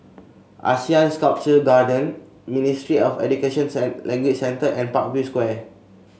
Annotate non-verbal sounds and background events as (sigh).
Asean Sculpture Garden Ministry of Education (unintelligible) Language Centre and Parkview Square